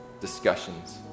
discussions